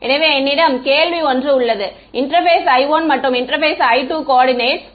எனவே என்னிடம் கேள்வி ஒன்று உள்ளது இன்டெர்பேஸ் I1 மற்றும் இன்டெர்பேஸ் I2 கோஆர்டினேட்ஸ் 1sy1 யை கொண்டுள்ளது